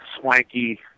swanky